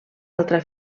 altra